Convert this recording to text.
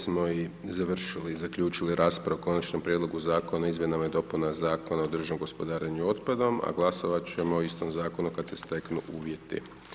Time smo i završili i zaključili raspravu o Konačnom prijedlogu Zakona o izmjenama i dopunama Zakona o održivom gospodarenju otpadom, a glasovat ćemo o istom Zakonu kad se steknu uvjeti.